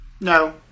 No